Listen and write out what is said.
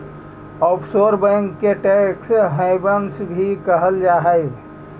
offshore bank के tax havens भी कहल जा हइ